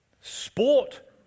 sport